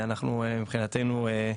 מבחינתנו אנחנו